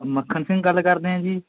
ਮੱਖਣ ਸਿੰਘ ਗੱਲ ਕਰਦੇ ਆ ਜੀ